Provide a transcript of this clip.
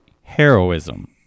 heroism